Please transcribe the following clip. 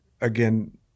again